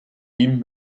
ihm